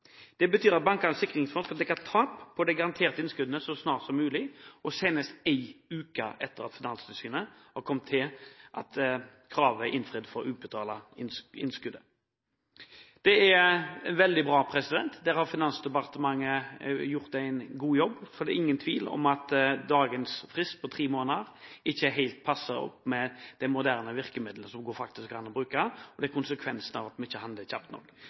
Det betyr at Bankenes sikringsfond skal dekke tap på de garanterte innskuddene så snart som mulig, og senest en uke etter at Finanstilsynet har kommet til at kravet for å utbetale innskuddet er innfridd. Det er veldig bra – der har Finansdepartementet gjort en god jobb – for det er ingen tvil om at dagens frist på tre måneder ikke er helt tilpasset de moderne virkemidlene som det går an å bruke, og det er konsekvensen av at vi ikke handler kjapt nok.